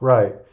Right